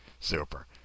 Super